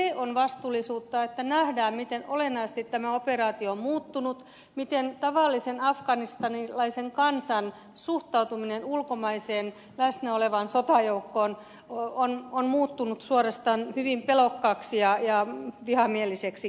minun mielestäni se on vastuullisuutta että nähdään miten olennaisesti tämä operaatio on muuttunut miten tavallisen afganistanilaisen kansan suhtautuminen ulkomaiseen läsnä olevaan sotajoukkoon on muuttunut suorastaan hyvin pelokkaaksi ja vihamieliseksikin